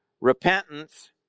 repentance